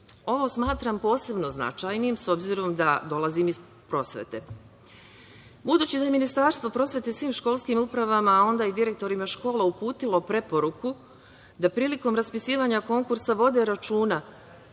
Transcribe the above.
Ovo smatram posebno značajnim, s obzirom da dolazim iz prosvete. Budući da je Ministarstvo prosvete svim školskim upravama, a onda i direktorima škola uputilo preporuku da prilikom raspisivanja konkursa vode računa